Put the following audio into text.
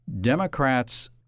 Democrats